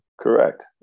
Correct